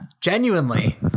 Genuinely